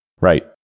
Right